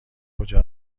کجا